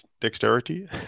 dexterity